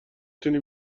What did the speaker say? تونی